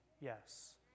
Yes